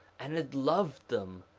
and had loved them,